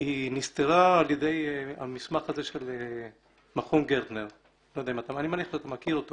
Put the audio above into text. היא נסתרה על ידי המסמך הזה של מכון גרטנר אני מניח שאתה מכיר אותו